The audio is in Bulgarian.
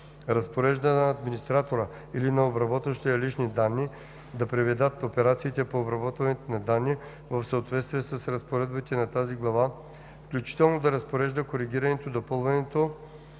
разпорежда на администратора или на обработващия лични данни да приведат операциите по обработване на данни в съответствие е разпоредбите на тази глава, включително да разпорежда коригирането, допълването,